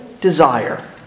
desire